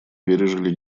пережили